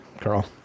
Carl